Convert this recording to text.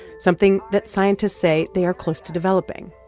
something that scientists say they are close to developing.